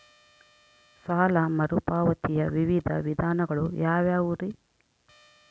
ಸಾಲ ಮರುಪಾವತಿಯ ವಿವಿಧ ವಿಧಾನಗಳು ಯಾವ್ಯಾವುರಿ?